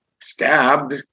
stabbed